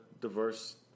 diverse